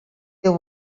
teu